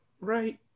Right